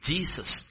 Jesus